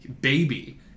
baby